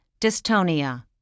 Dystonia